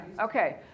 okay